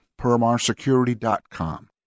permarsecurity.com